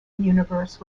universe